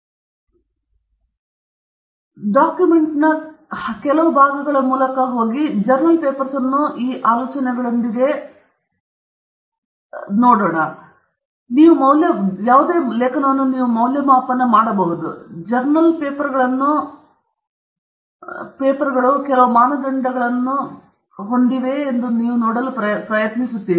ಸರಿ ನಾನು ಏನು ಮಾಡಬೇಕೆಂದು ಹೇಳುತ್ತಿದ್ದೇನೆಂದರೆ ಡಾಕ್ಯುಮೆಂಟ್ನ ಕೆಲವು ಭಾಗಗಳ ಮೂಲಕ ಹೋಗಿ ಮತ್ತು ಜರ್ನಲ್ ಪೇಪರ್ಸ್ ಅನ್ನು ಈ ಎಲ್ಲ ಆಲೋಚನೆಗಳೊಂದಿಗೆ ಮನಸ್ಸಿನಲ್ಲಿ ಓದುವಂತೆ ಮಾಡಲು ನಾನು ಪ್ರೋತ್ಸಾಹಿಸುವೆನೆಂದರೆ ಈ ಆಲೋಚನೆಗಳನ್ನು ಅರ್ಥಮಾಡಿಕೊಳ್ಳಿ ನೀವು ಮೌಲ್ಯಮಾಪನ ಮಾಡಬಹುದು ಜರ್ನಲ್ ಪೇಪರ್ಗಳನ್ನು ಎಲ್ಲರೂ ಈ ಮಾನದಂಡಗಳನ್ನು ಭೇಟಿಯಾಗುತ್ತವೆಯೇ ಎಂದು ನೋಡಲು ನೀವು ಪ್ರವೇಶಿಸಬಹುದು